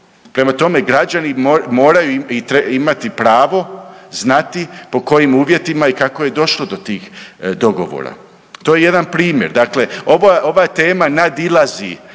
Prema tome građani moraju, imati pravo, znati po kojim uvjetima i kako je došlo do tih dogovora. To je jedan primjer, dakle ovo, ova tema nadilazi